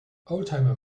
oldtimer